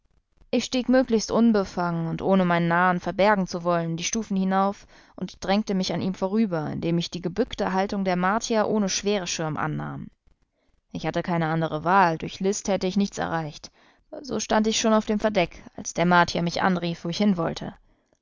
ich stieg möglichst unbefangen und ohne mein nahen verbergen zu wollen die stufen hinauf und drängte mich an ihm vorüber indem ich die gebückte haltung der martier ohne schwereschirm annahm ich hatte keine andre wahl durch list hätte ich nichts erreicht so stand ich schon auf dem verdeck als der martier mich anrief wo ich hinwollte